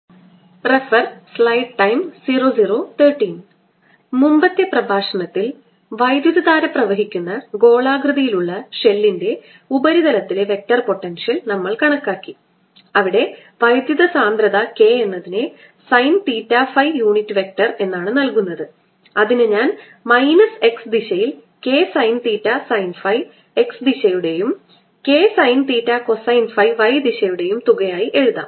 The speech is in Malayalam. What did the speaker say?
കറൻറ് ഡെൻസിറ്റികളിൽ നിന്നുള്ള വെക്ടർ പൊട്ടൻഷ്യൽ 11 മുമ്പത്തെ പ്രഭാഷണത്തിൽ വൈദ്യുതധാര പ്രവഹിക്കുന്ന ഗോളാകൃതിയിലുള്ള ഷെല്ലിൻറെ ഉപരിതലത്തിലെ വെക്ടർ പൊട്ടൻഷ്യൽ നമ്മൾ കണക്കാക്കി അവിടെ വൈദ്യുതസാന്ദ്രത K എന്നതിനെ sine theta phi unit vector എന്നാണ് നൽകുന്നത് അതിനെ ഞാൻ മൈനസ് x ദിശയിൽ K sine theta sine phi X ദിശയുടെയും K sine theta cosine phi y ദിശയുടെയും തുകയായി എഴുതാം